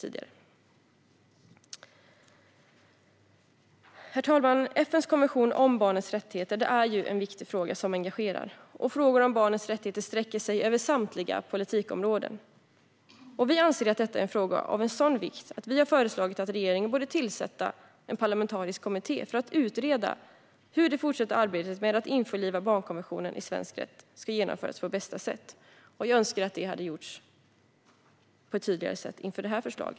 Herr talman! FN:s konvention om barnets rättigheter är en viktig fråga som engagerar. Frågor om barnens rättigheter sträcker sig över samtliga politikområden, och vi anser att detta är en fråga av sådan vikt att vi har föreslagit regeringen att tillsätta en parlamentarisk kommitté för att utreda hur det fortsatta arbetet med att införliva barnkonventionen i svensk rätt ska genomföras på bästa sätt. Jag önskar att detta hade gjorts på ett tydligare sätt inför detta förslag.